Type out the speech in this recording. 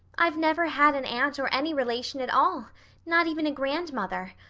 i've never had an aunt or any relation at all not even a grandmother.